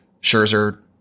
Scherzer